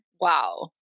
Wow